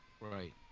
Right